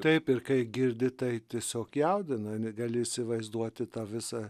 taip ir kai girdi tai tiesiog jaudina negali įsivaizduoti tą visą